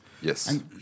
Yes